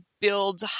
build